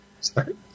Sorry